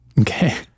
Okay